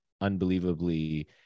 unbelievably